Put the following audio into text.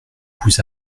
vous